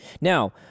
Now